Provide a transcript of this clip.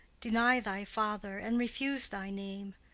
deny thy father and refuse thy name!